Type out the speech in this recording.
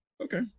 Okay